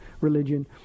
religion